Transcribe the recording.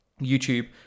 youtube